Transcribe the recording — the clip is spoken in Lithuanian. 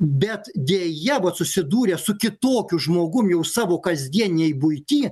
bet deja va susidūrę su kitokiu žmogum jau savo kasdienėj buity